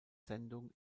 sendung